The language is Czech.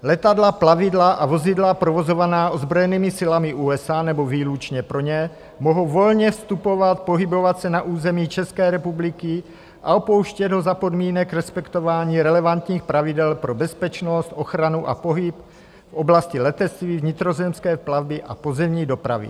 Letadla, plavidla a vozidla provozovaná ozbrojenými silami USA nebo výlučně pro ně mohou volně vstupovat, pohybovat se na území České republiky a opouštět ho za podmínek respektování relevantních pravidel pro bezpečnost, ochranu a pohyb v oblasti letectví, vnitrozemské plavby a pozemní dopravy.